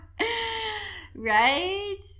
right